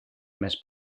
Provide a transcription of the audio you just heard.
més